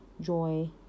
joy